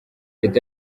leta